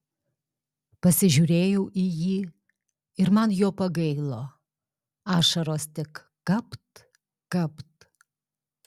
pasižiūrėjau į jį ir man jo pagailo ašaros tik kapt kapt